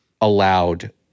allowed